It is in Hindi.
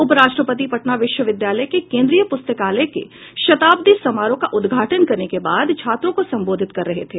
उपराष्ट्रपति पटना विश्वविद्यालय के केंद्रीय पुस्तकालय के शताब्दी समारोह का उद्घाटन करने के बाद छात्रों को संबोधित कर रहे थे